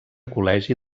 col·legi